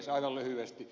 aivan lyhyesti